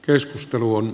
keskustelu on